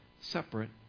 separate